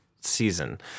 season